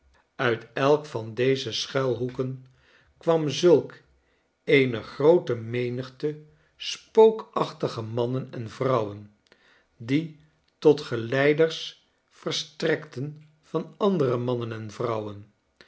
uit elke van deze schuilhoeken kwam zulk eene groote menigte spookachtige mannen en vrouwen die tot gel eiders verstrekten van andere mannen en vrouwen